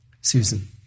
Susan